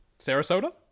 Sarasota